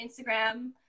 Instagram